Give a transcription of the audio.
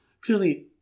clearly